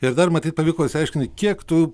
ir dar matyt pavyko išsiaiškinti kiek tų